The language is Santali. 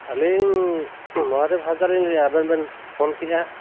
ᱟᱹᱞᱤᱧ ᱢᱚᱦᱟᱫᱮᱵᱽ ᱦᱟᱸᱥᱫᱟᱜ ᱞᱤᱧ ᱞᱟᱹᱭᱮᱫᱼᱟ ᱟᱵᱮᱱ ᱵᱮᱱ ᱯᱷᱳᱱ ᱠᱮᱫᱼᱟ